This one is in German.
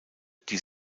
die